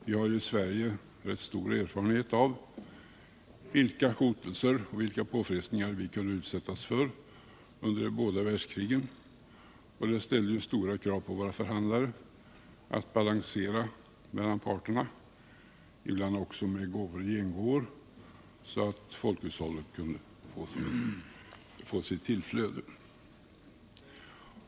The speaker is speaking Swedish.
Vi har i Sverige rätt stor erfarenhet av vilka hotelser och vilka påfrestningar vi kunde utsättas för under de båda världskrigen. De ställde stora krav på våra förhandlare när det gällde att balansera mellan parterna, ibland också med gåvor och gengåvor, så att folkhus 93 hållet kunde få sitt tillflöde.